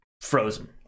frozen